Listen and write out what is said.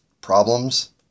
problems